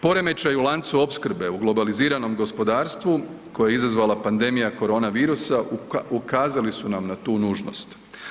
Poremećaji u lancu opskrbe u globaliziranom gospodarstvu koje je izazvala pandemija korona virusa ukazali su nam na tu nužnost.